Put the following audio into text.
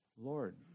Lord